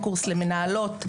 קורס למנהלות,